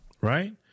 Right